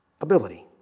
ability